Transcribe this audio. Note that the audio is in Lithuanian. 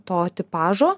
to tipažo